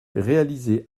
réalisée